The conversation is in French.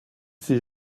ces